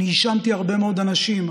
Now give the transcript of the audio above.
אני האשמתי הרבה מאוד אנשים,